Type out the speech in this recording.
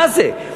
מה זה?